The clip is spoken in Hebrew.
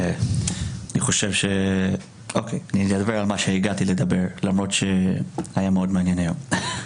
אני אדבר על מה שהגעתי לדבר למרות שהיה מאוד מעניין היום.